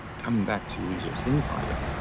coming back to resource insider,